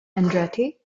andretti